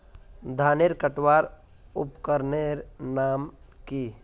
धानेर कटवार उपकरनेर नाम की?